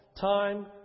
Time